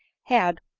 had,